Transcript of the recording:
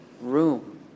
room